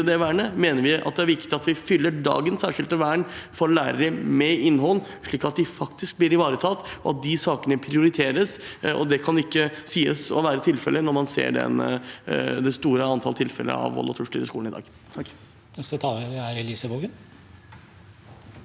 mener vi at det er viktig at vi fyller dagens særskilte vern for lærere med innhold, slik at lærerne faktisk blir ivaretatt, og at de sakene prioriteres. Det kan ikke sies å være tilfellet når man ser det store antall tilfeller av vold og trusler i skolen i dag.